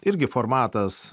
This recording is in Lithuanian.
irgi formatas